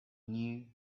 knew